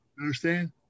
understand